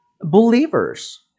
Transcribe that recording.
believers